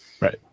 Right